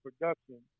production